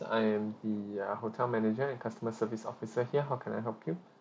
I am the uh hotel manager and customer service officer here how can I help you